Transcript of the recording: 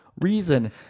reason